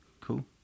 Cool